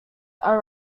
are